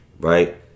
right